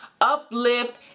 uplift